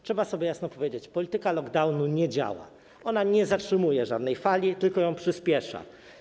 Trzeba sobie jasno powiedzieć: polityka lockdownu nie działa, ona nie zatrzymuje żadnej fali, tylko ją przyspiesza.